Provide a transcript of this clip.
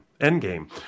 Endgame